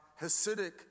Hasidic